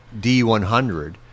D100